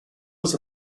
was